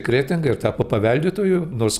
kretingą ir tapo paveldėtoju nors